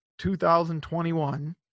2021